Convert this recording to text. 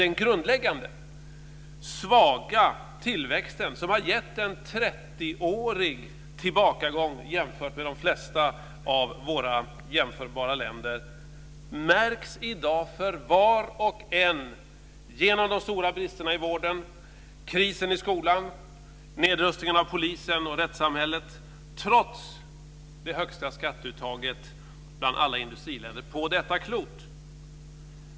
Den grundläggande svaga tillväxten, som gett en trettioårig tillbakagång jämfört med de flesta av våra jämförbara länder, märks i dag för var och en genom de stora bristerna i vården, krisen i skolan och nedrustningen av polisen och rättssamhället, trots det högsta skatteuttaget av alla industriländer på detta klot.